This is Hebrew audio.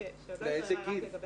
שעוד לא התבררה היא רק לגבי העובדים.